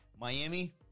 Miami